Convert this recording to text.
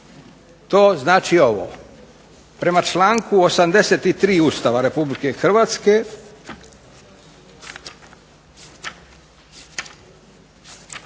to znači ovo. Prema članku 83. Ustava Republike Hrvatske